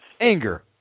Anger